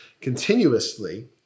continuously